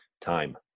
Time